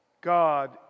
God